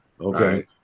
Okay